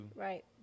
right